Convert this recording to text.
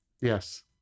yes